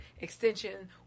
extension